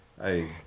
Hey